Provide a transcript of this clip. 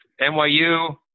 NYU